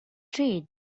trade